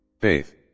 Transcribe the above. Faith